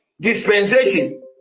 dispensation